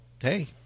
hey